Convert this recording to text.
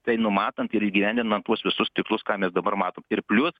tai numatant ir įgyvendinant tuos visus tikslus ką mes dabar matom ir plius